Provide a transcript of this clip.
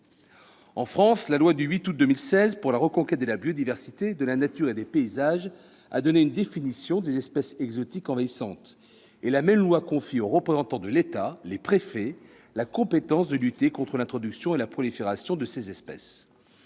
En France, la loi du 8 août 2016 pour la reconquête de la biodiversité, de la nature et des paysages a donné une définition des espèces exotiques envahissantes. La même loi confie aux représentants de l'État, les préfets, la compétence de lutter contre l'introduction et la prolifération de ces espèces.